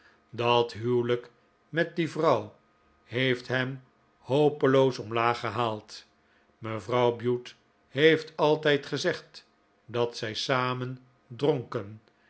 dat huwelijk met die vrouw heeft hem hopeloos omlaag gehaald mevrouw bute heeft altijd gezegd dat zij samen dronken